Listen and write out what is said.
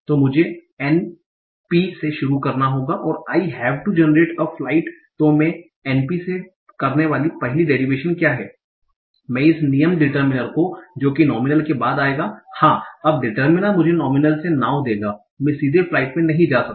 तो मुझे n p से शुरू करना होगा और I have to generate a flight तो मैं NP से करने वाली पहली डेरिवेशन क्या है मैं इस नियम डिटर्मिनर को जो कि नोमीनल के बाद आयेगा हां अब डिटर्मिनर मुझे नोमीनल से नाव देगा मैं सीधे फ्लाइट में नहीं जा सकता